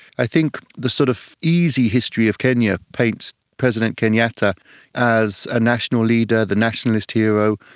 i think the sort of easy history of kenya paints president kenyatta as a national leader, the nationalist hero,